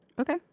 Okay